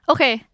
Okay